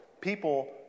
People